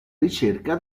ricerca